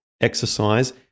exercise